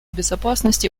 безопасности